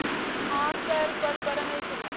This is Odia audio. ହଁ ସାର୍ କଲ୍ କରା ହେଇଥିଲା